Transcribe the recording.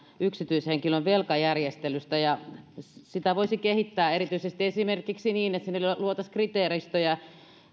yksityishenkilön velkajärjestelystä sitä voisi kehittää erityisesti esimerkiksi niin että luotaisiin kriteeristöjä